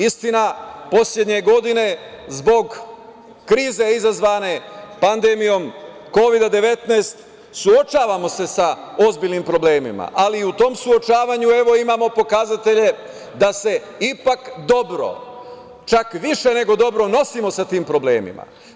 Istina, poslednje godine zbog krize izazvane pandemijom Kovida-19 suočavamo se sa ozbiljnim problemima, ali u tom suočavanju imamo pokazatelje da se ipak dobro, čak više nego dobro, nosimo sa tim problemima.